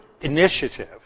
initiative